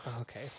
Okay